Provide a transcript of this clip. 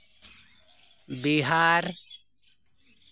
Bihar